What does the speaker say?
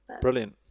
Brilliant